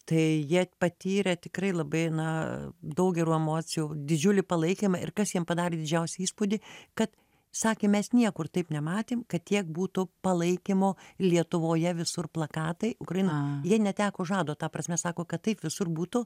tai jie patyrė tikrai labai na daug gerų emocijų didžiulį palaikymą ir kas jiem padarė didžiausią įspūdį kad sakė mes niekur taip nematėm kad tiek būtų palaikymo lietuvoje visur plakatai ukraina jie neteko žado ta prasme sako kad taip visur būtų